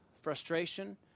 frustration